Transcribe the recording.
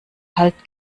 halt